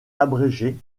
abrégé